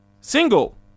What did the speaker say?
single